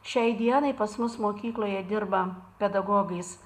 šiai dienai pas mus mokykloje dirba pedagogais